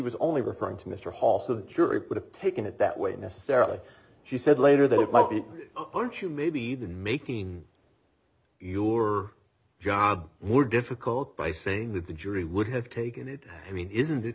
was only referring to mr hall so the jury would have taken it that way necessarily she said later that it might be maybe even making your job more difficult by saying that the jury would have taken it i mean isn't